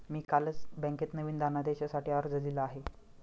मी कालच बँकेत नवीन धनदेशासाठी अर्ज दिला आहे